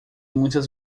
muitas